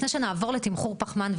לפני שנעבור לתמחור פחמן,